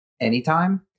anytime